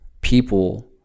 people